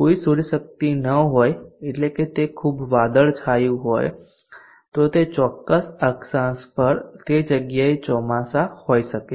કોઈ સૂર્યશક્તિ ન હોય એટલે કે તે ખૂબ વાદળછાયું હોય તો તે ચોક્કસ અક્ષાંશ પર તે જગ્યાએ ચોમાસા હોઈ શકે છે